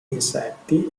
insetti